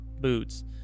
boots